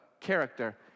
character